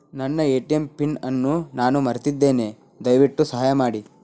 ನನ್ನ ATM PIN ಅನ್ನು ನಾನು ಮರೆತಿದ್ದೇನೆ, ದಯವಿಟ್ಟು ಸಹಾಯ ಮಾಡಿ